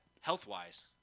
Health-wise